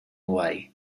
way